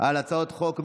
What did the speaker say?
על הצעות החוק.